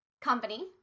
company